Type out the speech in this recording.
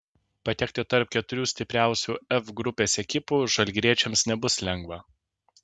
patekti tarp keturių stipriausių f grupės ekipų žalgiriečiams nebus lengva